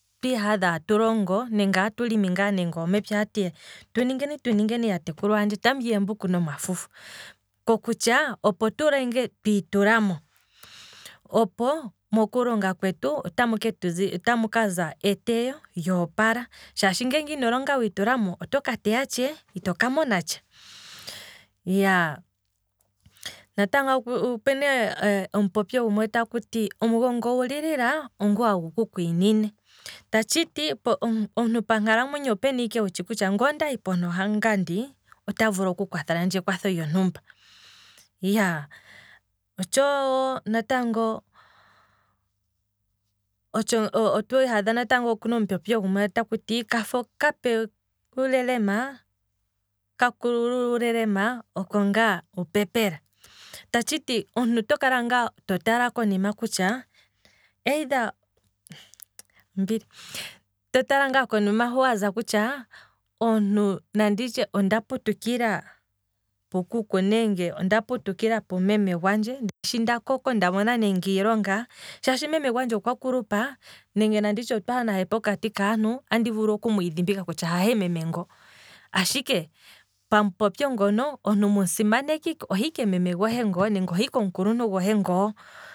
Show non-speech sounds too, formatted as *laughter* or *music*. Twiihadha atu longo, nenge omepya ngaa ohati tu ningeni tu ningeni ya tekulu yandje tamu li eembuku nomafufu, ko kutya, opo tu longe twiitulamo, mokulonga kwetu otamu ke otamu kaza eteyo lyoopala, shaashi nge ino longa wiitulamo otoka teya tshee? Itoka monatsha, iyaa, natango opena omupopyo gumwe taku ti; omugongo wu lilila ongu hagu ku kwiinine, ta tshiti omuntu monkalamwenyo owutshi ike kutya, nge ondahi pontu hangandi, ota vulu oku kwathelandje ekwatho lyontumba, iyaa, otshowo natango, otwii hadha, okuna natango omupopyo gumwe taku ti; kafo kape wu lelema, kafo kakulu nahe otsho ali, omuntu oto kala ngaa to tala konima kutya *unintelligible* to tala ngaa konima hu waza kutya, nanditye onda putukila pukuku nenge onda putukila pumeme gwandje, sha ndakoko ndamona nande iilonga, shaashi meme gwandje okwa kulupa. nanditye otwaha nahe nande opo kati kaantu andi vulu oku mwiidhimbika kutya hahe meme ngoo, ashike pamu popyo ngono omuntu mum'simaneka ike, ohe ike meme gohe ngoo, ohe ike omukuntu gohe ngoo